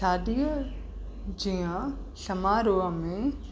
शादीअ जे आं समारोह में